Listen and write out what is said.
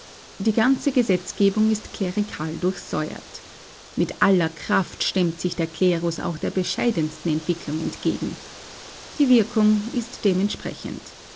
die ganze gesetzgebung ist klerikal durchsäuert mit aller kraft stemmt sich der klerus auch der bescheidensten entwicklung entgegen die wirkung ist dementsprechend